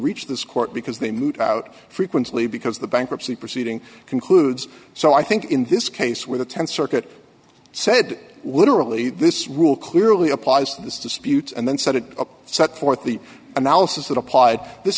reach this court because they move out frequently because the bankruptcy proceeding concludes so i think in this case where the th circuit said literally this rule clearly applies to this dispute and then set it up set forth the analysis that applied this